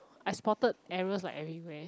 I spotted errors like everywhere